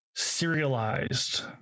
serialized